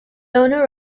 owner